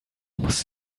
muss